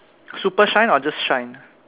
super shine or just shine